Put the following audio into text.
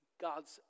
God's